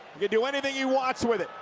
he can do anything he wants with it,